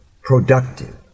productive